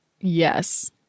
yes